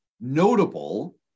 notable